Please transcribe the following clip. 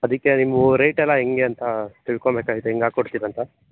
ಅದಕ್ಕೆ ನಿಮ್ಮವು ರೇಟ್ ಎಲ್ಲ ಹೆಂಗೆ ಅಂತ ತಿಳ್ಕೊಂಬೇಕಾಗಿತ್ತು ಹೆಂಗೆ ಹಾಕ್ಕೊಡ್ತೀರಂತ